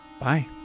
Bye